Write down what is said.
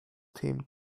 team